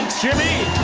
jimmy.